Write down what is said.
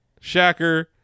shacker